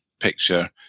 picture